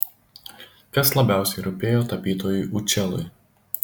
kas labiausiai rūpėjo tapytojui učelui